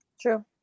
True